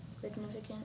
Significant